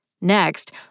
Next